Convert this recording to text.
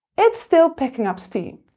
it's still picking up steam.